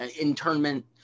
internment